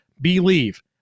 believe